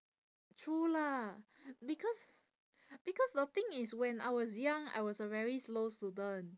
true lah because because the thing is when I was young I was a very slow student